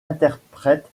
interprète